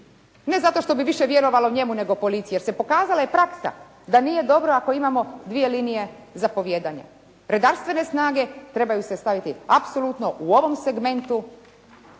Ne zato što bi više vjerovalo njemu nego policiji jer se pokazala i praksa da nje dobro ako imamo dvije linije zapovijedanja. Redarstvene snage trebaju se staviti apsolutno u ovom segmentu